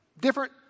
different